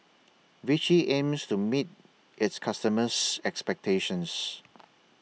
Vichy aims to meet its customers' expectations